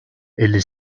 elli